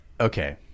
Okay